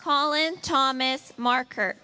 calling thomas marker